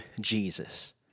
Jesus